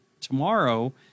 tomorrow